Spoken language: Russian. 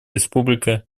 республика